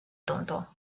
tonto